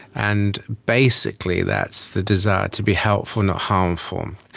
and basically that's the desire to be helpful, not harmful.